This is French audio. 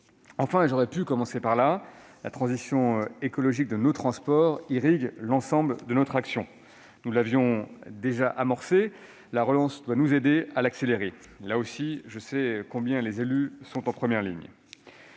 Enfin- mais j'aurais pu commencer par là -, la transition écologique de nos transports irrigue l'ensemble de notre action. Nous l'avions déjà amorcée, la relance doit nous aider à l'accélérer. Là aussi, je sais combien les élus sont en première ligne.